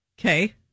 Okay